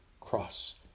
cross